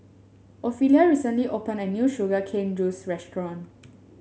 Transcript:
Ofelia recently opened a new Sugar Cane Juice Restaurant